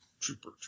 Trooper